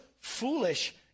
foolish